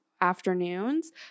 afternoons